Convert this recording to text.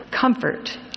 comfort